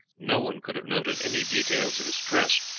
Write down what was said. no one could have noted any details of his dress,